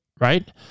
right